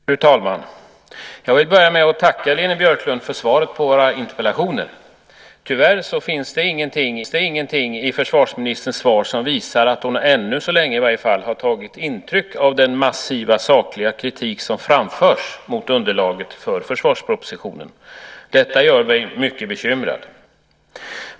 Fru talman! Jag vill börja med att tacka Leni Björklund för svaret på våra interpellationer. Tyvärr finns det ingenting i försvarsministerns svar som visar att hon, ännu så länge i varje fall, har tagit intryck av den massiva sakliga kritik som framförs mot underlaget för försvarspropositionen. Detta gör mig mycket bekymrad.